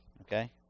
Okay